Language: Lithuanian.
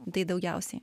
tai daugiausiai